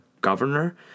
governor